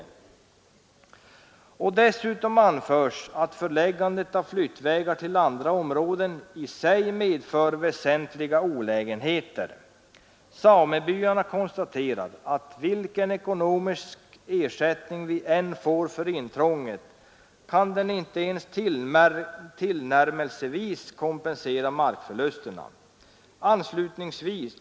Dessutom anförs att förläggandet av flyttvägar till andra områden i sig medför ”väsentliga olägenheter”. Samebyarna konstaterar att ”vilken ekonomisk ersättning vi än får för intrånget kan den inte ens tillnärmelsevis kompensera markförlusterna”.